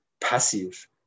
passive